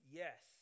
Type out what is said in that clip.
yes